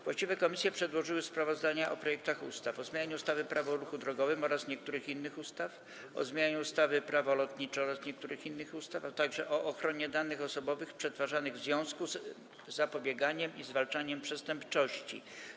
Właściwe komisje przedłożyły sprawozdania o projektach ustaw: - o zmianie ustawy Prawo o ruchu drogowym oraz niektórych innych ustaw, - o zmianie ustawy Prawo lotnicze oraz niektórych innych ustaw, - o ochronie danych osobowych przetwarzanych w związku z zapobieganiem i zwalczaniem przestępczości.